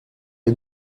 les